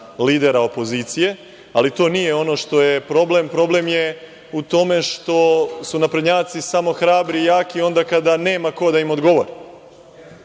lidera opozicije, ali to nije ono što je problem. Problem je u tome što su naprednjaci samo hrabri i jaki onda kada nema ko da im odgovori.